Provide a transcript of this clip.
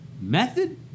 method